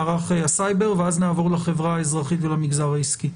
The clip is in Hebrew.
מערך הסייבר ואז נעבור לחברה האזרחית ולמגזר העסקי.